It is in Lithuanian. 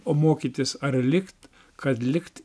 o mokytis ar likt kad likt